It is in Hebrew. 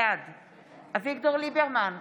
בעד אביגדור ליברמן,